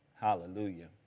Hallelujah